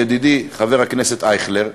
ידידי חבר הכנסת אייכלר,